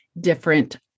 different